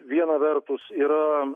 viena vertus yra